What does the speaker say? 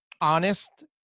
honest